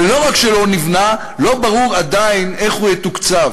ולא רק שלא נבנה, לא ברור עדיין איך הוא יתוקצב.